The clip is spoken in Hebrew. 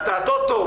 אתה הטוטו?